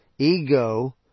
Ego